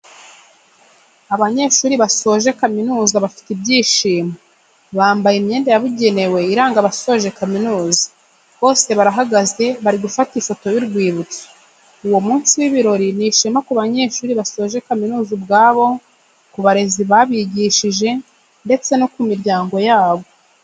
Abanyeshuri basoje kaminuza bafite ibyishimo, bambaye imyenda yabugenewe iranga abasoje kaminuza, bose barahagaze bari gufata ifoto y'urwibutso, uwo munsi w'ibirori ni ishema ku banyeshuri basoje kaminuza ubwabo, ku barezi babigishije ndetse no ku miryango yabo.